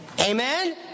Amen